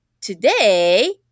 today